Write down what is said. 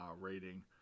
rating